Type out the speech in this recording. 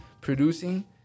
producing